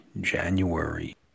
January